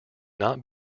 not